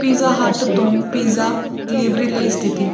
pizza Hut ਤੋਂ pizza delivery ਲਈ ਸਥਿਤੀ